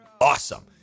awesome